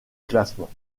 classement